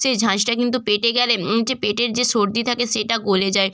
সেই ঝাঁঝটা কিন্তু পেটে গেলে হচ্ছে পেটের যে সর্দি থাকে সেটা গলে যায়